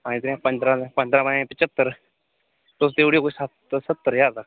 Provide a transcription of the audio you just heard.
पंज त्रेआं पंदरां ते पंदरां पंजें पंजहत्तर तुस देई ओड़ेओ कोई सत्त सत्तर ज्हार तकर